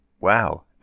Wow